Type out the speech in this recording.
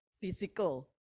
physical